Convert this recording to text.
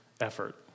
effort